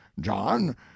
John